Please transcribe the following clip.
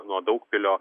nuo daugpilio